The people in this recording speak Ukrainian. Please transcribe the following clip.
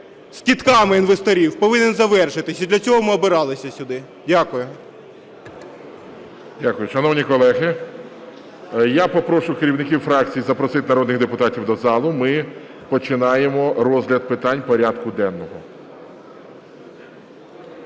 кидками інвесторів повинен завершитися, і для цього ми обиралися сюди. Дякую. ГОЛОВУЮЧИЙ. Дякую. Шановні колеги, я попрошу керівників фракцій запросити народних депутатів до зали. Ми починаємо розгляд питань порядку денного.